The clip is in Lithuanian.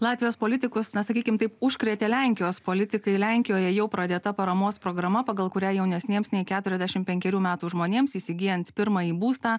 latvijos politikus na sakykim taip užkrėtė lenkijos politikai lenkijoje jau pradėta paramos programa pagal kurią jaunesniems nei keturiasdešim penkerių metų žmonėms įsigyjant pirmąjį būstą